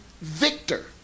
Victor